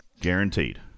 Guaranteed